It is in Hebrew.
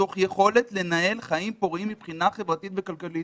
תוך יכולת לנהל חיים פוריים מבחינה חברתית וכלכלית.